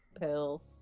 pills